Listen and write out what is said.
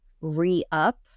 re-up